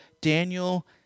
Daniel